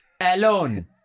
alone